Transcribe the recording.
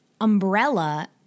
umbrella